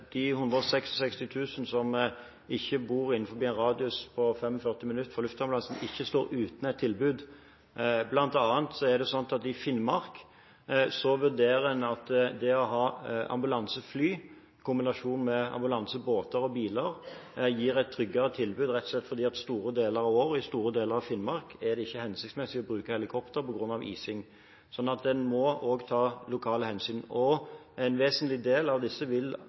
de 166 000 som ikke bor innenfor en radius av 45 minutter fra luftambulansen, ikke står uten et tilbud. Blant annet vurderer man i Finnmark det sånn at det å ha ambulansefly i kombinasjon med ambulansebåter og -biler gir et tryggere tilbud, rett og slett fordi det i store deler av Finnmark i store deler av året ikke er hensiktsmessig å bruke helikopter på grunn av ising. En må også ta lokale hensyn. En vesentlig del av disse vil